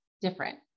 different